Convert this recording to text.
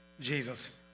Jesus